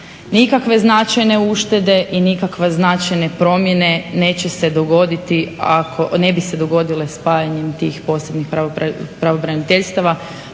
Nikakve značajne uštede i nikakve značajne promjene neće se dogoditi ako, ne bi se dogodile spajanjem tih posebnih pravobraniteljstava.